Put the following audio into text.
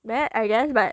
bad I guess but